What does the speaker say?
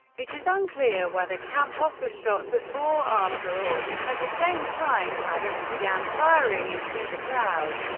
it is unclear whether campos was shot before, after, or at the same time paddock began firing into the crowd.